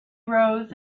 rose